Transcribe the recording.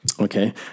Okay